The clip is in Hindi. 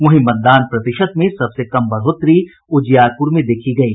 वहीं मतदान प्रतिशत में सब से कम बढ़ोतरी उजियारपुर में देखी गयी